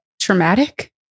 traumatic